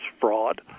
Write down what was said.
fraud